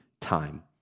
time